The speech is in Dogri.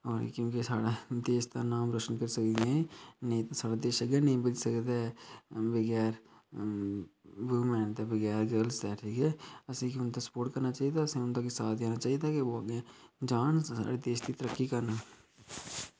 होर क्योंकि साढ़ा देश दा नाम रोशन करी सकदियां एह् नेईं तां साढ़ा देश अग्गें निं बधी सकदा ऐ बगैरा ते बूमैन दे बगैरा गल्स दे ठीक ऐ असेंगी उं'दा सपोर्ट करना चाहिदी असेंगी उं'दा साथ देना चाहिदा अग्गें जान साढ़े देश दी तरक्की करन